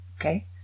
Okay